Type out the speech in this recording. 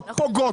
פוגעות,